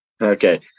Okay